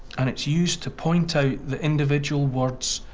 and it's used to point out the individual words,